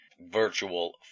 virtual